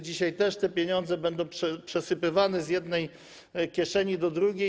Dzisiaj też te pieniądze będą przesypywane z jednej kieszeni do drugiej.